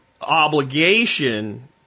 obligation